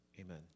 amen